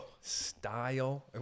style